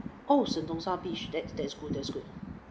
oh sentosa beach that's that's good that's good